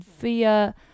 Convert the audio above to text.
via